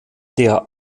der